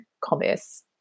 commerce